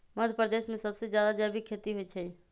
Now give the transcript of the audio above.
मध्यप्रदेश में सबसे जादा जैविक खेती होई छई